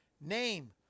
Name